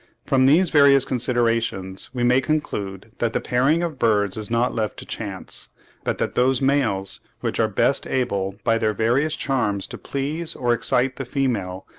from these various considerations we may conclude that the pairing of birds is not left to chance but that those males, which are best able by their various charms to please or excite the female,